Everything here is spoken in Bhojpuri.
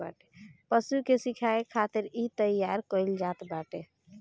पशु के खियाए खातिर इ तईयार कईल जात बाटे